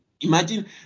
Imagine